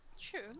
True